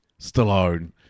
Stallone